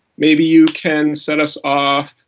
maybe you can set us ah